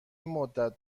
مدت